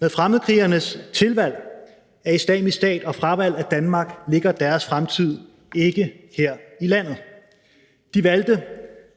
Med fremmedkrigernes tilvalg af Islamisk Stat og fravalg af Danmark ligger deres fremtid ikke her i landet. De valgte,